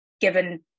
given